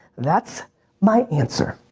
that's my answer.